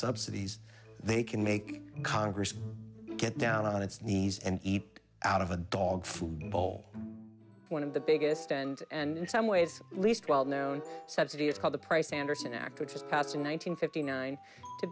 subsidies they can make congress get down on its knees and eat out of a dog food bowl one of the biggest and and someways least well known subsidy is called the price anderson act which was passed in one nine hundred fifty nine to